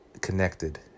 connected